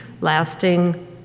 lasting